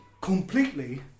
Completely